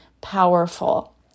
powerful